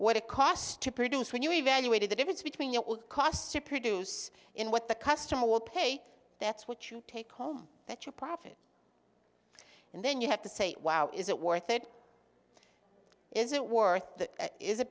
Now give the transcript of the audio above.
what it costs to produce when you evaluated the difference between your costs to produce in what the customer will pay that's what you take home that your profit and then you have to say wow is it worth it is it worth